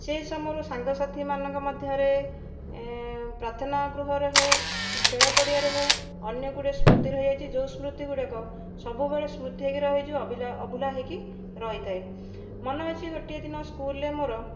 ସେ ସମୟରେ ସାଙ୍ଗସାଥି ମାନଙ୍କ ମଧ୍ୟରେ ପ୍ରାର୍ଥନା ଗୃହରେ ହେଉ କି ଖେଳ ପଡ଼ିଆ ରେ ହେଉ ଅନେକ ଗୁଡ଼ିଏ ସ୍ମୃତି ରହି ଯାଇଛି ଯେଉଁ ସ୍ମୃତି ଗୁଡ଼ିକ ସବୁବେଳେ ସ୍ମୃତି ହୋଇ ରହିଯିବ ଅଭୁଲା ଅଭୁଲା ହୋଇକି ରହିଥାଏ ମନେ ଅଛି ଗୋଟିଏ ଦିନ ସ୍କୁଲ ରେ ମୋର